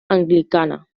anglicana